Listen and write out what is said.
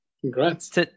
congrats